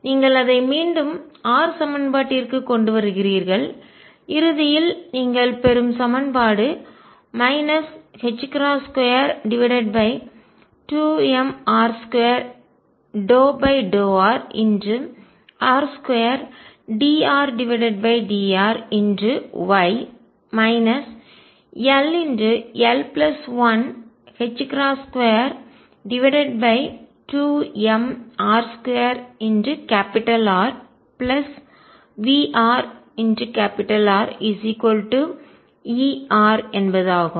நீங்கள் அதை மீண்டும் r சமன்பாட்டிற்கு கொண்டு வருகிறீர்கள் இறுதியில் நீங்கள் பெறும் சமன்பாடு 22m1r2∂r r2dRdrY ll122mr2RVrRER என்பது ஆகும்